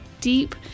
deep